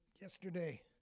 yesterday